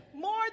more